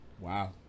wow